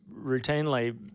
routinely